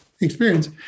experience